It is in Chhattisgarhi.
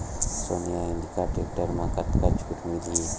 सोनालिका टेक्टर म कतका छूट मिलही?